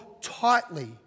tightly